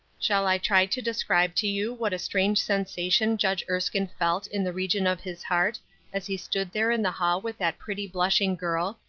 shall i try to describe to you what a strange sensation judge erskine felt in the region of his heart as he stood there in the hall with that pretty blushing girl,